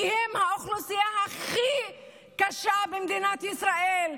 כי הם האוכלוסייה הכי קשה במדינת ישראל,